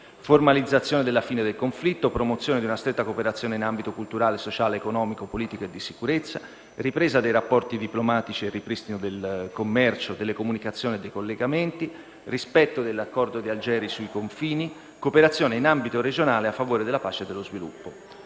formalizzazione della fine del conflitto; promozione di una stretta cooperazione in ambito culturale, sociale, economico, politico e di sicurezza; ripresa dei rapporti diplomatici e ripristino del commercio, delle comunicazioni e dei collegamenti; rispetto dell'Accordo di Algeri sui confini; cooperazione in ambito regionale a favore della pace e dello sviluppo.